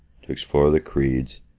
to explore the creeds,